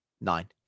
nine